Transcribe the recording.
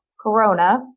Corona